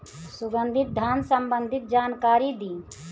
सुगंधित धान संबंधित जानकारी दी?